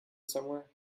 somewhere